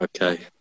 okay